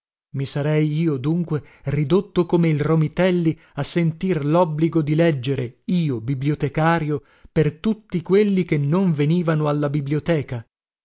i sarei io dunque ridotto come il romitelli a sentir lobbligo di leggere io bibliotecario per tutti quelli che non venivano alla biblioteca